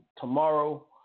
tomorrow